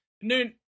Noon